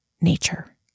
nature